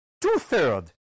two-thirds